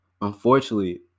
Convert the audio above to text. unfortunately